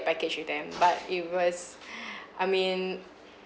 package with them but it was I mean